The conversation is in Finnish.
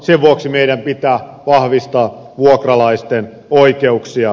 sen vuoksi meidän pitää vahvistaa vuokralaisten oikeuksia